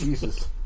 Jesus